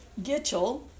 Gitchell